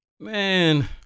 Man